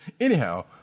Anyhow